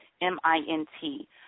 M-I-N-T